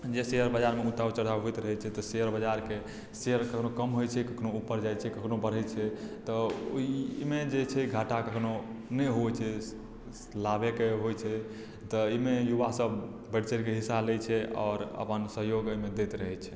जे शेयर बाजारमे उतार चढ़ाव होइत रहैत छै तऽ शेयर बाजारके शेयर कखनहु कम होइत छै कखनहु ऊपर जाइत छै कखनहु कोनो बढ़ैत छै तऽ ओहिमे जे छै घाटाके कोनो नहि होइत छै लाभेके होइत छै तऽ ईमे युवासभ बढ़ि चढ़िके हिस्सा लैत छै आओर अपन सहयोग एहिमे दैत रहैत छै